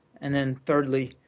and then thirdly,